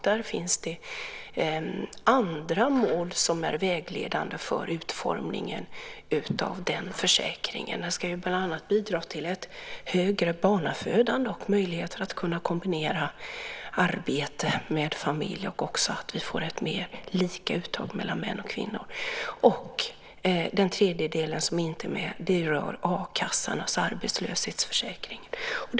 Det finns andra mål som är vägledande för utformningen av den försäkringen. Den ska bland annat bidra till ett högre barnafödande och möjligheter att kombinera arbete med familj liksom att vi får mer lika uttag mellan män och kvinnor. Den tredje delen som inte är med rör a-kassan, alltså arbetslöshetsförsäkringen.